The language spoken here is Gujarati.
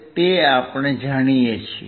તે આપણે જાણીએ છીએ